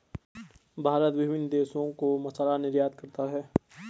भारत विभिन्न देशों को मसाला निर्यात करता है